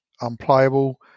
unplayable